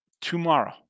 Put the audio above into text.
tomorrow